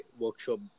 workshop